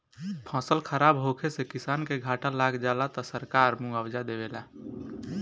फसल खराब होखे से किसान के घाटा लाग जाला त सरकार मुआबजा देवेला